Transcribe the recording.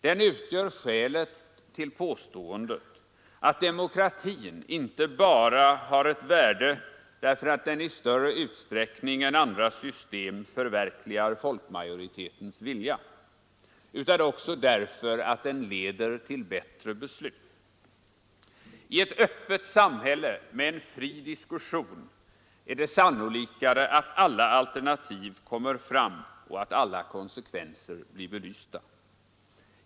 Den utgör skälet till påståendet att demokratin har ett värde icke bara därför att den i större utsträckning än andra system förverkligar folkmajoritetens vilja utan också därför att den leder till bättre beslut. I ett öppet samhälle med en fri diskussion är det mer sannolikt att alla alternativ kommer fram och att alla konsekvenser blir belysta.